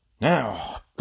Now